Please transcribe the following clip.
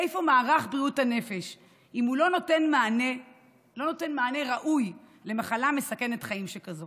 איפה מערך בריאות נפש אם הוא לא נותן מענה ראוי למחלה מסכנת חיים שכזאת?